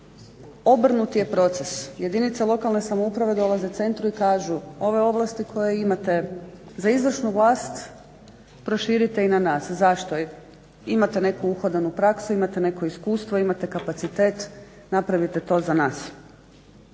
obrnuti je proces. Jedinice lokalne samouprave dolaze centru i kažu ove ovlasti koje imate za izvršnu vlast proširite i na nas. Zašto? Imate neku uhodanu praksu, imate neko iskustvo, imate kapacitet, napravite to za nas.